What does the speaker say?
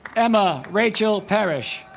emma rachel parrish